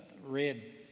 read